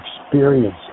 experience